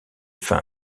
fin